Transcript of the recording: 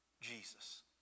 Jesus